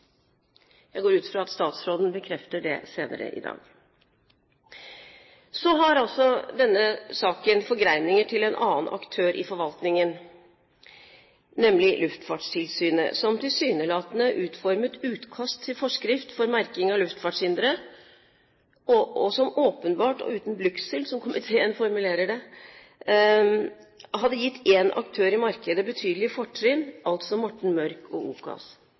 Jeg går ut fra at statsråden bekrefter det senere i dag. Så har altså denne saken forgreninger til en annen aktør i forvaltningen, nemlig Luftfartstilsynet, som tilsynelatende utformet utkast til forskrift for merking av luftfartshindre, og som åpenbart og uten blygsel, som komiteen formulerer det, hadde gitt én aktør i markedet betydelige fortrinn, altså Morten Mørk og